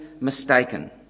mistaken